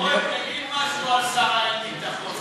אורן, תגיד משהו על שר האין-ביטחון.